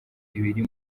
ibiri